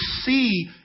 see